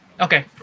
Okay